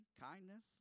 kindness